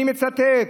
אני מצטט: